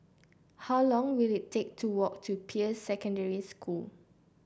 how long will it take to walk to Peirce Secondary School